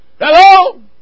Hello